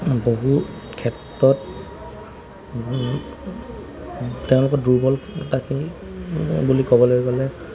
বহু ক্ষেত্ৰত তেওঁলোকৰ দুৰ্বলতাখিনি বুলি ক'বলৈ গ'লে